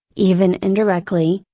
even indirectly,